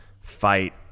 fight